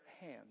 hands